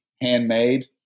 handmade